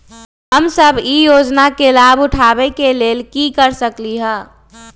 हम सब ई योजना के लाभ उठावे के लेल की कर सकलि ह?